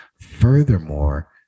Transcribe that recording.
furthermore